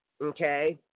okay